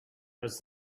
does